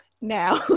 now